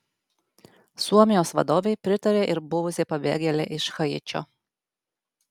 suomijos vadovei pritarė ir buvusi pabėgėlė iš haičio